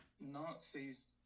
Nazis